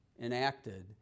enacted